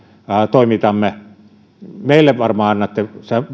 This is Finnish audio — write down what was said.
toimitamme varmaan annatte